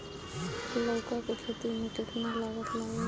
लौका के खेती में केतना लागत लागी?